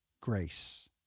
grace